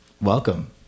welcome